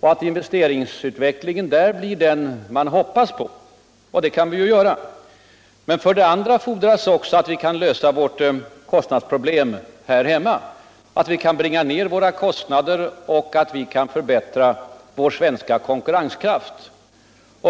och att investeringarna blir vad man hoppas på. Och för det andra fordras att vi kan lösa våra kostnadsproblem här hemma och att vi kan förbättra vår svenska konkurrenskraft.